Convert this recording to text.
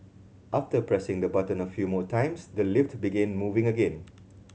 after pressing the button a few more times the lift began moving again